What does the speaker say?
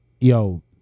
yo